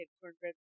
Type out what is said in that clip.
cornbread